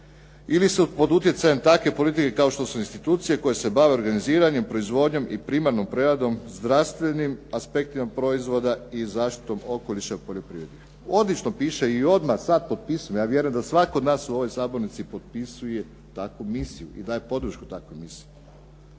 ili su pod utjecajem takve politike kao što su institucije koje se bave organiziranjem, proizvodnjom i primarnom preradom, zdravstvenim aspektima proizvoda i zaštitom okoliša u poljoprivredi. Odlično piše i odmah sad potpisujem. Ja vjerujem da svatko od nas u ovoj sabornici potpisuje takvu misiju i daje podršku takvoj misiji.